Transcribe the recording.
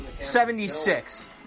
Seventy-six